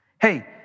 Hey